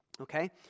Okay